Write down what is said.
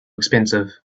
expensive